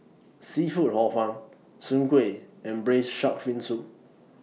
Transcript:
Seafood Hor Fun Soon Kueh and Braised Shark Fin Soup